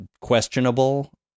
questionable